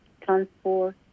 transport